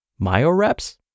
Myoreps